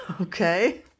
Okay